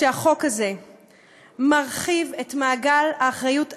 שהחוק הזה מרחיב את מעגל האחריות הפלילית,